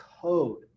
Code